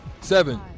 Seven